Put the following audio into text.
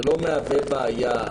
זה לא מהווה בעיה.